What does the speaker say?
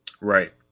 Right